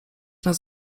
nas